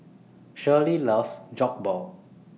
Shirlie loves Jokbal